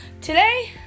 today